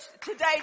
today